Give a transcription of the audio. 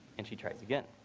and she tries to get